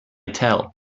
tell